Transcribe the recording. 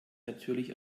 natürlich